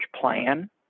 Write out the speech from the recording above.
plan